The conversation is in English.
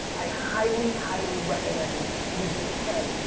i highly, highly recommend using ten,